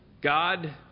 God